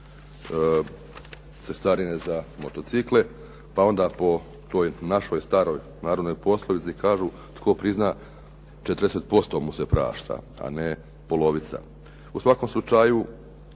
cestarine za motocikle, pa onda po toj našoj staroj narodnoj poslovici kažu "Tko prizna 40% mu se prašta.", a ne polovica. U svakom slučaju,